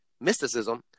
mysticism